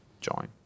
join